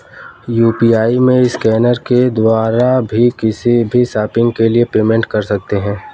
UPI में scanner के द्वारा भी किसी भी शॉपिंग के लिए पेमेंट कर सकते है